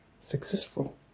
successful